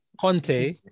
Conte